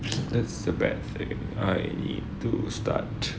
that's the bad thing I need to start